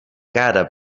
cara